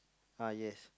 ah yes